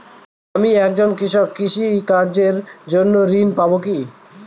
আমি একজন কৃষক কৃষি কার্যের জন্য ঋণ পাব কি?